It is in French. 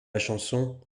chanson